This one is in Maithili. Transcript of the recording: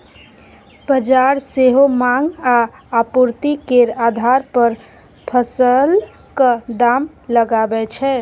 बजार सेहो माँग आ आपुर्ति केर आधार पर फसलक दाम लगाबै छै